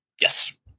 Yes